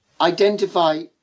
Identify